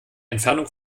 entfernung